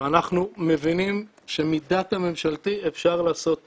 ואנחנו מבינים שמדאטה ממשלתי אפשר לעשות הכול,